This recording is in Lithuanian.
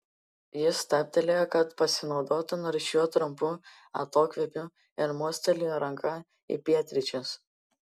jis stabtelėjo kad pasinaudotų nors šiuo trumpu atokvėpiu ir mostelėjo ranka į pietryčius